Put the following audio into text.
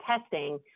testing